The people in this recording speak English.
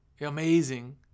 Amazing